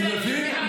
אני מבין.